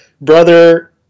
brother